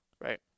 right